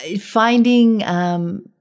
finding